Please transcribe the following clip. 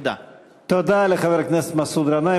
תודה לחבר הכנסת מסעוד גנאים.